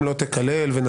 את קוטעת אותי בתחילת דבריי.